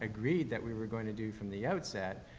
agreed that we were gonna do from the outset,